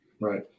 Right